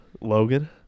Logan